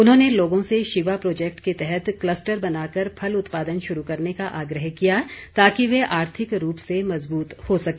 उन्होंने लोगों से शिवा प्रोजैक्ट के तहत कलस्टर बनाकर फल उत्पादन शुरू करने का आग्रह किया ताकि वे आर्थिक रूप से मज़बूत हो सके